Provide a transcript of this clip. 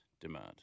demand